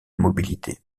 mobilité